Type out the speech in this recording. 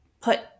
put